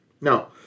Now